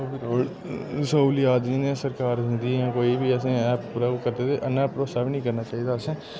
असूली आदमी न सरकार मिलियै कोई बी असें हेल्प करदे ते इ'न्ना भरोसा बी निं करना चाहिदा असें